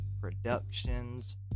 Productions